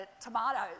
tomatoes